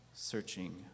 Searching